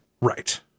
Right